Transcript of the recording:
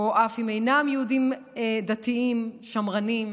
או אף אם אינם יהודים דתיים שמרנים,